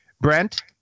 Brent